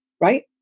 right